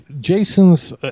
Jason's